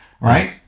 right